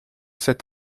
cet